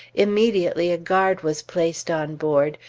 immediately a guard was placed on board,